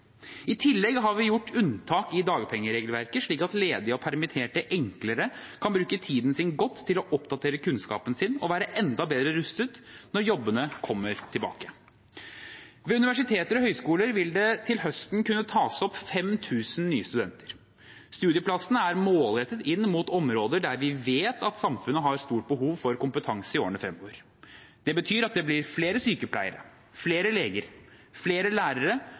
I tillegg har vi gjort unntak i dagpengeregelverket, slik at ledige og permitterte enklere kan bruke tiden sin godt til å oppdatere kunnskapen sin og være enda bedre rustet når jobbene kommer tilbake. Ved universiteter og høyskoler vil det til høsten kunne tas opp 5 000 nye studenter. Studieplassene er målrettet inn mot områder der vi vet at samfunnet har stort behov for kompetanse i årene fremover. Det betyr at det blir flere sykepleiere, flere leger, flere lærere